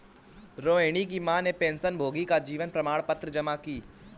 रोहिणी की माँ ने पेंशनभोगी का जीवन प्रमाण पत्र जमा की